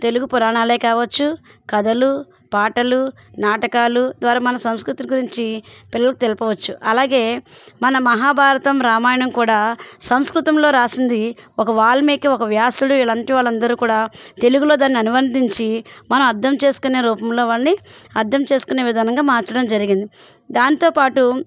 తెలుగు పురాణాలే కావచ్చు కథలు పాటలు నాటకాలు ద్వారా మన సంస్కృతి గురించి పిల్లలకు తెలపవచ్చు అలాగే మన మహాభారతం రామాయణం కూడా సంస్కృతంలో రాసింది ఒక వాల్మీకి ఒక వ్యాసుడు ఇలాంటి వాళ్ళందరూ కూడా తెలుగులో దాని అనువందించి మనం అర్థం చేసుకునే రూపంలో వాటిని అర్థం చేసుకునే విధానంగా మార్చడం జరిగింది దాంతోపాటు